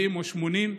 70 או 80,